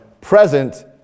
present